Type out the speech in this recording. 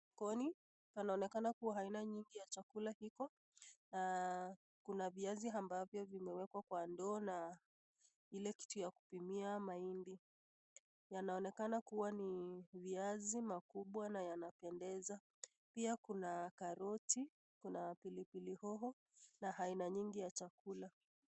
Jikoni panaonekana kuwa aina nyingi ya chakula kiko. Kuna viazi ambavyo vimewekwa kwa ndoo na ile kitu ya kupimia mahindi. Yanaonekana kuwa ni viazi makubwa na yanapendeza. Pia kuna karoti, kuna wa pilipili hoho na aina nyingi ya chakula.